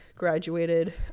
graduated